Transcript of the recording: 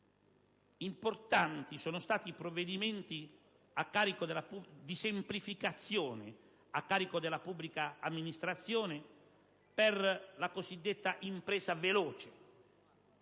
Importanti sono stati i provvedimenti di semplificazione a carico della pubblica amministrazione per la cosiddetta impresa veloce,